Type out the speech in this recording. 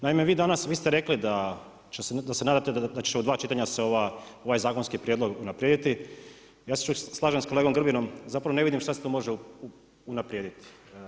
Naime, vi danas vi ste rekli da se nadate da će se u dva čitanja ovaj zakonski prijedlog unaprijediti, ja se slažem s kolegom Grbinom, zapravo ne vidim šta se tu može unaprijediti.